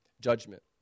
Judgment